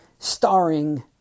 starring